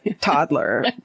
toddler